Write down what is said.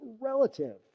relative